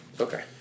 Okay